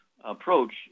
approach